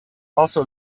also